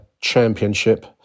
championship